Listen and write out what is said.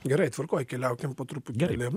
gerai tvarkoj keliaukim po truputėlį